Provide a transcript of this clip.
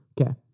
Okay